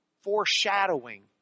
foreshadowing